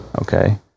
Okay